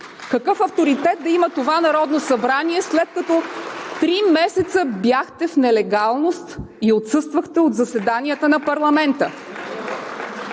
Какъв авторитет да има това Народно събрание, след като три месеца бяхте в нелегалност и отсъствахте от заседанията на парламента?